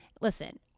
listen